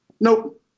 nope